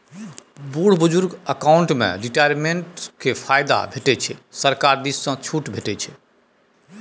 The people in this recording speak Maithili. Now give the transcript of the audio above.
बुढ़ बुजुर्ग अकाउंट मे रिटायरमेंट केर फायदा भेटै छै सरकार दिस सँ छुट भेटै छै